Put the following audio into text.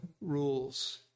rules